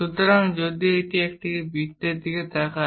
সুতরাং যদি আমরা এটিকে একটি বৃত্তের দিকে তাকাই